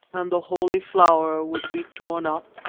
and the holy flower would be torn up,